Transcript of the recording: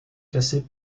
classés